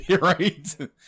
Right